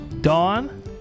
Dawn